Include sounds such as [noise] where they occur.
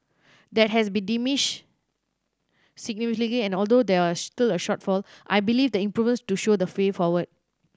that has diminished significantly and although there [unintelligible] still a shortfall I believe the improvements do show the way forward